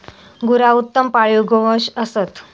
गुरा उत्तम पाळीव गोवंश असत